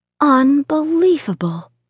Unbelievable